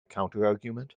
counterargument